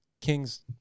Kings